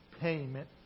payment